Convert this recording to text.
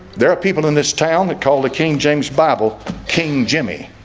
there are people in this town that called a king james bible king jimmy